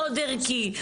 מאוד ערכי,